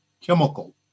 chemical